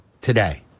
today